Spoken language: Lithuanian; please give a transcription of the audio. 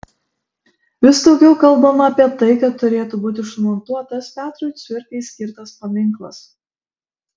vis daugiau kalbama apie tai kad turėtų būti išmontuotas petrui cvirkai skirtas paminklas